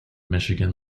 michigan